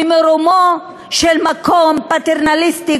ממרומו של מקום פטרנליסטי,